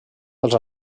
dels